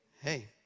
Hey